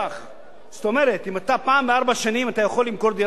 אתה פעם בארבע שנים יכול למכור דירה בפטור ממס שבח.